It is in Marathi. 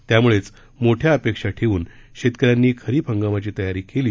त्यामुळेच मोठ्या अपेक्षा ठेवून शेतक यांनी खरीप हंगामाची तयारी केली